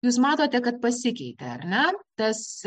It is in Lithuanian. jūs matote kad pasikeitė ar ne tas